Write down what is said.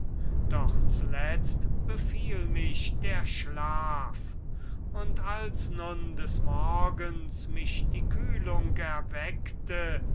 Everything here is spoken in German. doch zuletzt befiel mich der schlaf und als nun des morgens mich die kühlung erweckte